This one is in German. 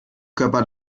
körper